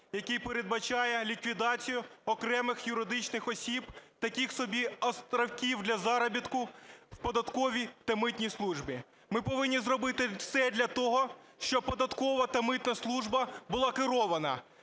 який передбачає ліквідацію окремих юридичних осіб, таких собі островків для заробітку в податковій та митній службі. Ми повинні зробити все для того, щоб податкова та митна служба була керована.